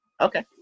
Okay